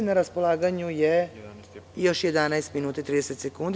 Na raspolaganju je još 11 minuta i 30 sekundi.